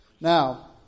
Now